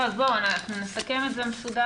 אנחנו נסכם את זה מסודר.